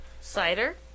cider